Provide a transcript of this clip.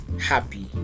happy